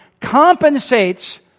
compensates